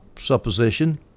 supposition